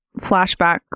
flashback